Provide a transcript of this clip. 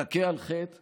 תכה על חטא